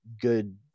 good